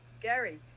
Gary